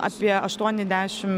apie aštuoni dešim